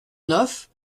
neuf